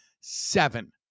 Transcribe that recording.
Seven